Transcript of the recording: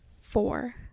four